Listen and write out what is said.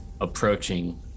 approaching